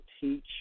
teach